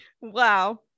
Wow